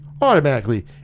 automatically